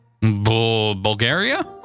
Bulgaria